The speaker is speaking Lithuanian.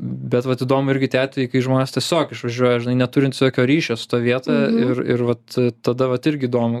bet vat įdomu irgi tie atvejai kai žmonės tiesiog išvažiuoja žinai neturintys jokio ryšio su ta vieta ir vat tada vat irgi įdomu